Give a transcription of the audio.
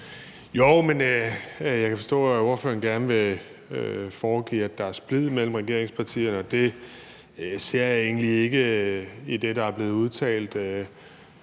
Bek): Jeg kan forstå, at spørgeren gerne vil foregive, at der er splid mellem regeringspartierne, og det ser jeg egentlig ikke i det, der er blevet udtalt.